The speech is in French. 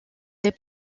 des